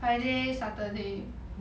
friday saturday